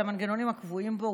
על המנגנונים הקבועים בו,